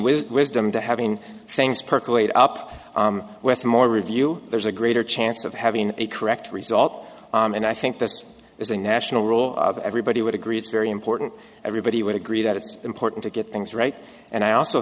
with wisdom to having things percolate up with a more review there's a greater chance of having a correct result and i think this there's a national rule of everybody would agree it's very important everybody would agree that it's important to get things right and i also